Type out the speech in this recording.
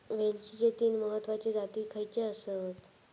वेलचीचे तीन महत्वाचे जाती खयचे आसत?